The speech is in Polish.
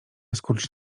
skurcz